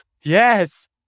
Yes